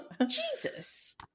Jesus